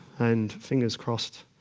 and fingers crossed,